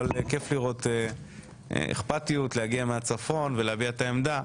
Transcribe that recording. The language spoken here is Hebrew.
אבל כיף לראות אכפתיות להגיע מהצפון ולהביע את העמדה,